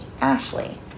Ashley